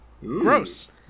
Gross